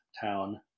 town